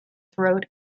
throat